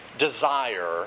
desire